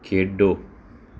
ਖੇਡੋ